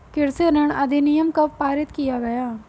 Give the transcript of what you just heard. कृषि ऋण अधिनियम कब पारित किया गया?